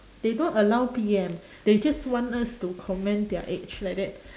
they don't allow P_M they just want us to comment their age like that